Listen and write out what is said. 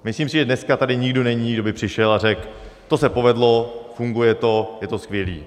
Myslím si, že dneska tady nikdo není, kdo by přišel a řekl: To se povedlo, funguje to, je to skvělý.